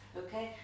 okay